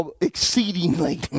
exceedingly